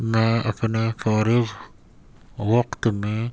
میں اپنے فارغ وقت میں